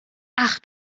ach